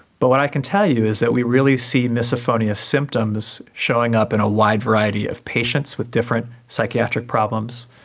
but what i can tell you is that we really see misophonia symptoms showing showing up in a wide variety of patients with different psychiatric problems,